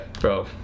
Bro